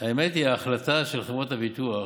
האמת היא, ההחלטה של חברות הביטוח,